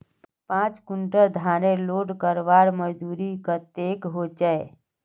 पाँच कुंटल धानेर लोड करवार मजदूरी कतेक होचए?